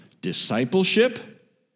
discipleship